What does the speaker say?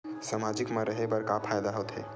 सामाजिक मा रहे बार का फ़ायदा होथे?